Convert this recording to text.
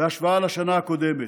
בהשוואה לשנה הקודמת.